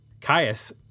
Caius